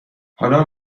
حالا